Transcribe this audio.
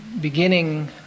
beginning